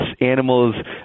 animals